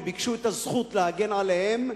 וביקשו את הזכות להגן עליהם,